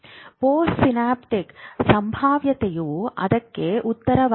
ಪೋಸ್ಟ್ನ್ಯಾಪ್ಟಿಕ್ ಸಂಭಾವ್ಯತೆಯು ಅದಕ್ಕೆ ಉತ್ತರವಾಗಿದೆ